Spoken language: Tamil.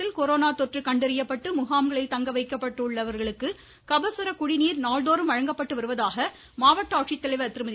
அரியலூர் மாவட்டத்தில் கொரோனா தொற்று கண்டறியப்பட்டு முகாம்களில் தங்கவைக்கப்பட்டுள்ள கபசுர குடிநீர் நாள்தோறும் வழங்கப்பட்டு வருவதாக மாவட்ட ஆட்சித்தலைவர் திருமதி